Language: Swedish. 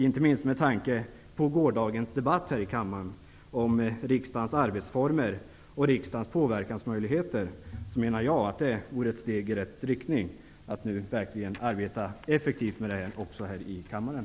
Inte minst med tanke på gårdagens debatt här i kammaren om riksdagens arbetsformer och möjligheter att påverka vore det ett steg i rätt riktning att nu arbeta effektivt med detta också i kammaren.